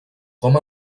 com